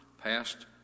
passed